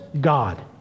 God